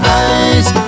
eyes